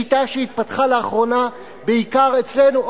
שיטה שהתפתחה לאחרונה בעיקר אצלנו,